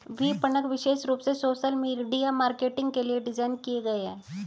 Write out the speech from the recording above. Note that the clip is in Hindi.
विपणक विशेष रूप से सोशल मीडिया मार्केटिंग के लिए डिज़ाइन किए गए है